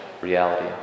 reality